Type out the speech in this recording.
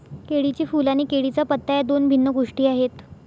केळीचे फूल आणि केळीचा पत्ता या दोन भिन्न गोष्टी आहेत